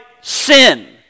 sin